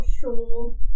sure